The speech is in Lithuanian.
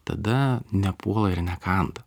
tada nepuola ir nekanda